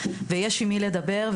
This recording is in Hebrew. ושיש עם מי לדבר.